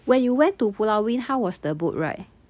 when you went to pulau ubin how was the boat ride